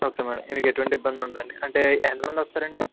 okay madam మీకు ఎటువంటి ఇబ్బంది ఉండదండి అంటే ఎంతమంది వస్తారండి